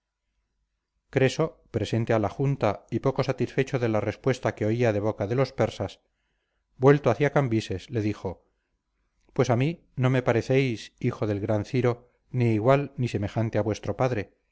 creso presente a la junta y poco satisfecho de la respuesta que oía de boca de los persas vuelto hacia cambises le dijo pues a mí no me parecéis hijo del gran ciro ni igual ni semejante a vuestro padre